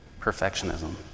perfectionism